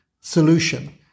solution